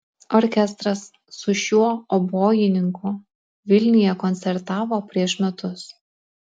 orkestras su šiuo obojininku vilniuje koncertavo prieš metus